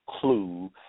clue